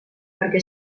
perquè